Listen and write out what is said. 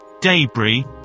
debris